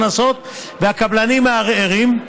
והקבלנים מערערים.